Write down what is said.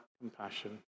compassion